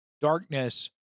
darkness